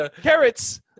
carrots